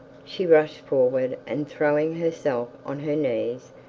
she rushed forward, and, throwing herself on her knees,